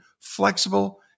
flexible